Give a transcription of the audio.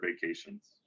vacations